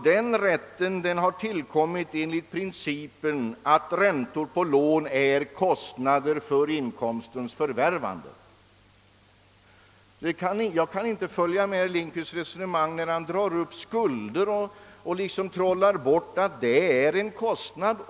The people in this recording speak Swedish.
Denna rätt har tillkommit enligt principen att räntor på lån är kostnader för inkomstens förvärvande. Jag kan inte följa med i herr Lindkvists resonemang när han drar upp skulder och liksom trollar bort att det är en kostnad.